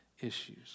issues